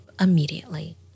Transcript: immediately